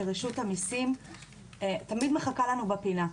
היא שרשות המיסים תמיד מחכה לנו בפינה.